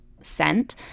scent